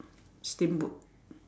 steamboat